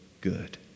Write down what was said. good